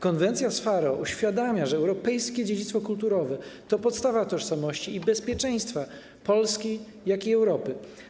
Konwencja z Faro uświadamia, że europejskie dziedzictwo kulturowe to podstawa tożsamości i bezpieczeństwa zarówno Polski, jak i Europy.